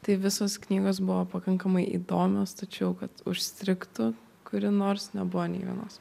tai visos knygos buvo pakankamai įdomios tačiau kad užstrigtų kuri nors nebuvo nei vienos